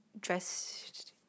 dressed